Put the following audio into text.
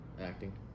Acting